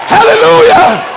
Hallelujah